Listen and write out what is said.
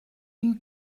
une